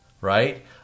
Right